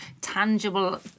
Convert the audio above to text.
tangible